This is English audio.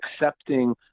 accepting